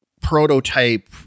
prototype